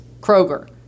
Kroger